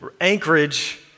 anchorage